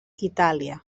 itàlia